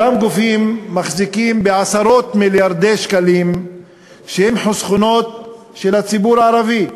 אותם גופים מחזיקים בעשרות מיליארדי שקלים שהם חסכונות של הציבור הערבי,